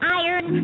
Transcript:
iron